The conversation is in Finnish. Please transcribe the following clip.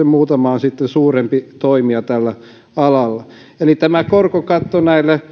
muutama sitten on suurempia toimijoita tällä alalla eli tämä korkokatto